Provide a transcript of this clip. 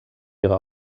ihre